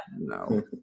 no